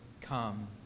Come